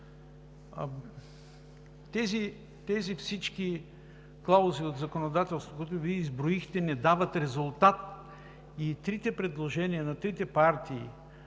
тези клаузи от законодателството, които Вие изброихте, не дават резултат. И трите предложения, на трите